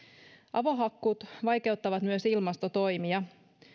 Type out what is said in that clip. avohakkuut vaikeuttavat myös ilmastotoimia